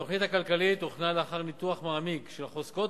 התוכנית הכלכלית הוכנה לאחר ניתוח מעמיק של החוזקות